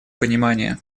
понимание